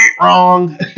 wrong